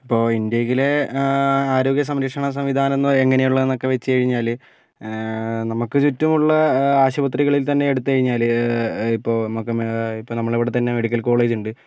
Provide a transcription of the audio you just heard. ഇപ്പോൾ ഇന്ത്യയിലെ ആരോഗ്യസംരക്ഷണ സംവിധാനം എന്ന് എങ്ങനെയുള്ളതാന്ന് ഒക്കെ വെച്ച് കഴിഞ്ഞാല് നമുക്ക് ചുറ്റുമുള്ള ആശുപത്രികളിൽ തന്നെ എടുത്ത് കഴിഞ്ഞാല് ഇപ്പോൾ നമുക്ക് ഇപ്പോൾ നമ്മൾ ഇവിടെ തന്നെ മെഡിക്കൽ കോളേജുണ്ട്